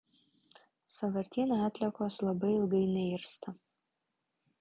sąvartyne atliekos labai ilgai neirsta